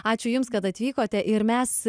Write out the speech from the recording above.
ačiū jums kad atvykote ir mes